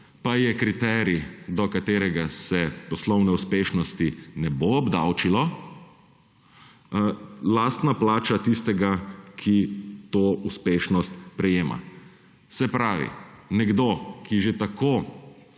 pa je kriterij, do katerega se poslovne uspešnosti ne bo obdavčilo, lastna plača tistega, ki to uspešnost prejema. Se pravi nekdo, ki že tako